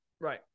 Right